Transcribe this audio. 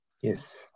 Yes